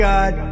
God